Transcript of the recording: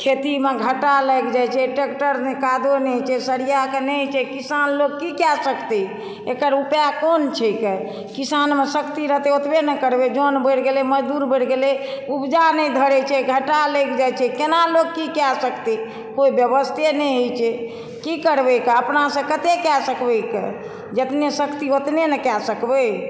खेतीमे घाटा लागि जाइत छै ट्रैक्टर नहि छै कादो नहि होइत छै सरिआ कऽ नहि होइत छै किसान लोक की कए सकतै एकर उपाय कोन छैकऽ किसानमे शक्ति रहतै ओतबे ने करबै जऽन बढ़ि गेलै मजदूर बढ़ि गेलै उपजा नहि धरैत छै घाटा लाइग जाइत छै केना लोक की कए सकतै कोइ व्यवस्थे नहि होइत छै की करबै कऽ अपनासँ कतेक कए सकबै कऽ जितने शक्ति उतने ने कए सकबै